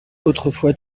autrefois